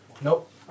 Nope